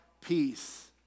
peace